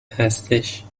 هستش